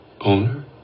owner